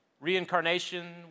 reincarnation